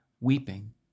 weeping